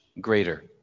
greater